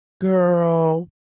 Girl